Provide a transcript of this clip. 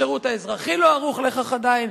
השירות האזרחי לא ערוך לכך עדיין.